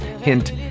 Hint